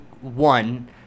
one